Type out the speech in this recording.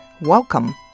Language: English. Welcome